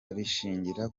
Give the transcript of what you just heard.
abishingira